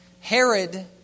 Herod